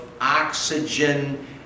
oxygen